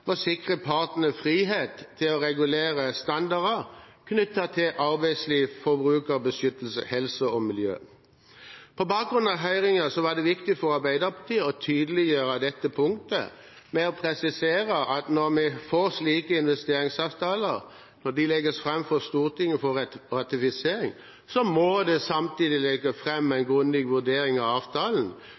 å regulere standarder knyttet til arbeidsliv, forbrukerbeskyttelse, helse og miljø. På bakgrunn av høringen var det viktig for Arbeiderpartiet å tydeliggjøre dette punktet med å presisere at når slike investeringsavtaler legges fram for Stortinget for ratifisering, må det samtidig legges fram en grundig vurdering av avtalen